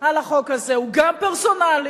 על החוק הזה: הוא גם פרסונלי,